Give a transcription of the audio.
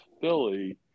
Philly